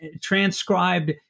transcribed